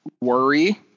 worry